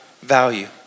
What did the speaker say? value